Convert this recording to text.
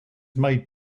made